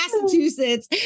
Massachusetts